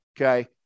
Okay